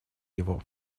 его